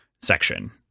section